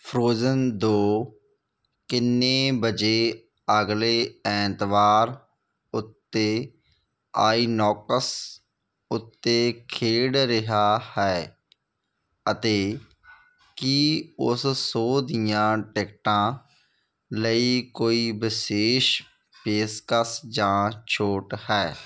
Frozen ਦੋ ਕਿੰਨੇ ਵਜੇ ਅਗਲੇ ਐਤਵਾਰ ਉੱਤੇ ਆਈਨੌਕਸ ਉੱਤੇ ਖੇਡ ਰਿਹਾ ਹੈ ਅਤੇ ਕੀ ਉਸ ਸੋਅ ਦੀਆਂ ਟਿਕਟਾਂ ਲਈ ਕੋਈ ਵਿਸ਼ੇਸ਼ ਪੇਸ਼ਕਸ਼ ਜਾਂ ਛੋਟ ਹੈ